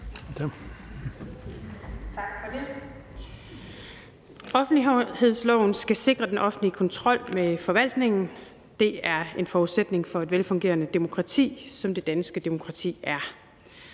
Tak for det.